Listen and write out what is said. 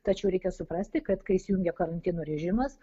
tačiau reikia suprasti kad kai įsijungia karantino režimas